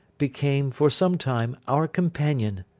became, for some time, our companion